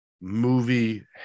movie